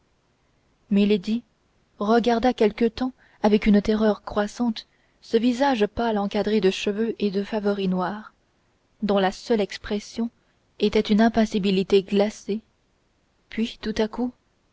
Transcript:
regarda quelque temps avec une terreur croissante ce visage pâle encadré de cheveux et de favoris noirs dont la seule expression était une impassibilité glacée puis tout à coup